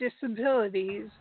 disabilities